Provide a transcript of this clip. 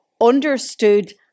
understood